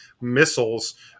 missiles